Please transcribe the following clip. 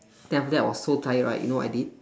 then after that I was so tired right you know what I did